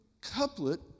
couplet